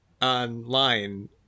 online